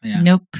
nope